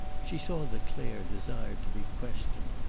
she saw that clare desired to be questioned,